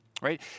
right